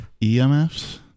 EMFs